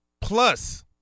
Plus